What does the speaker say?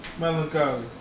Melancholy